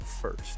first